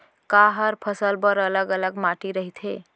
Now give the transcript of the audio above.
का हर फसल बर अलग अलग माटी रहिथे?